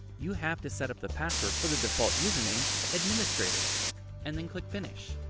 you have to set up the password for the default username administrator and then click finish.